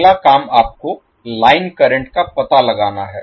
अगला काम आपको लाइन करंट का पता लगाना है